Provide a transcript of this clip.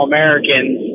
Americans